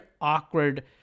awkward